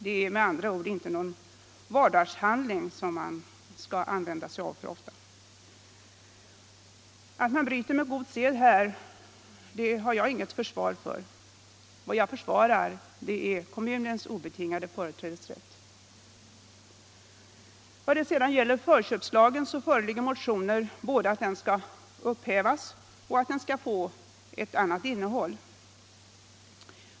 Det är med andra ord inte någon vardagshandling, som man skall använda sig av för ofta. Att man här och var bryter mot god sed försvarar jag inte. Vad jag försvarar är kommunens obetingade företrädesrätt. När det sedan gäller förköpslagen föreligger motioner både om att den skall upphävas och om att den skall ges ett annat innehåll.